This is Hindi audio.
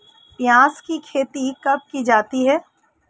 प्याज़ की खेती कब की जाती है?